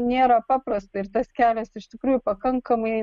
nėra paprasta ir tas kelias iš tikrųjų pakankamai